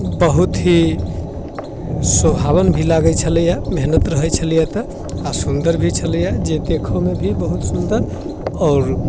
बहुत ही शोभावन भी लागै छलैए मेहनति रहै छलैए तऽ आओर सुन्दर भी छलैए जे देखऽमे भी बहुत सुन्दर आओर